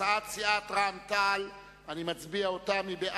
הצעת סיעת רע"ם-תע"ל, מי בעד?